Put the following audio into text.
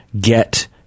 get